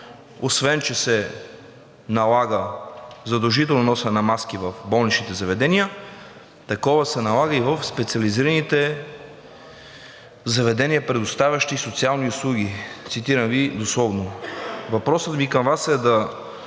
освен че се налага задължително носене на маски в болничните заведения, такова се налага и в специализираните заведения, предоставящи социални услуги – цитирам Ви дословно. Въпросът ми към Вас е да